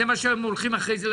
וזה מה שהם אומרים אחרי זה.